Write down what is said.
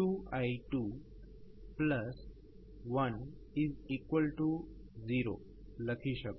2i210 લખી શકો